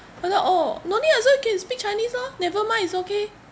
I say orh no need also can speak chinese orh never mind is okay